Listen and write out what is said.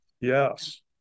Yes